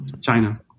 China